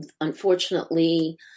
Unfortunately